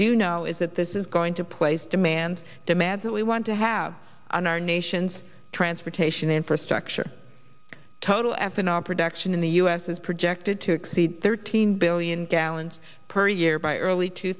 do know is that this is going to place demands demands that we want to have on our nation's transportation infrastructure total ethanol production in the u s is projected to exceed thirteen billion gallons per year by early two